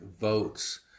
votes